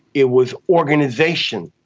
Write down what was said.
it was organisation,